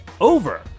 over